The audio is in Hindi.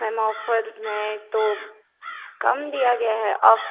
मैम ऑफर में तो कम दिया गया है ऑफ